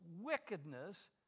wickedness